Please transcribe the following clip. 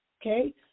okay